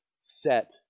set